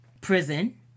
prison